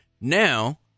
Now